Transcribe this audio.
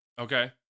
Okay